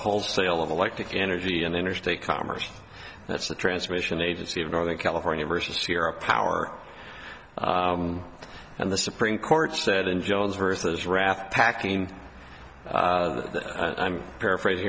whole sale of electric energy and interstate commerce that's the transmission agency of northern california versus here a power and the supreme court said in jones versus raft packing i'm paraphrasing